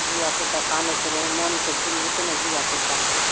धिआपुता कानैत रहै मोन तऽ भुलि जेतै ने धिआपुता से